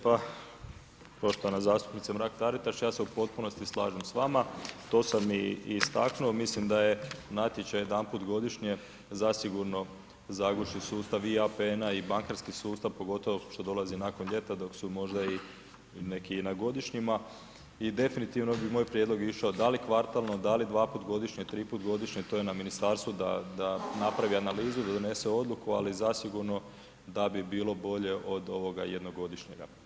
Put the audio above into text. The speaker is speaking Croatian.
Pa poštovana zastupnice Mrak Taritaš, ja se u potpunosti slažem s vama, to sam i istaknuo, mislim da natječaj jedanput godišnje zasigurno zaguši sustav i APN-a i bankarski sustav pogotovo što dolazi nakon ljeta dok su možda neki i na godišnjima i definitivno bi moj prijedlog išao da li kvartalno, da li dvaput godišnje, triput godišnje, to je na ministarstvu da napravi analizu i da donese odluku ali zasigurno da bi bilo bolje od ovoga jednogodišnjega.